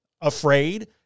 afraid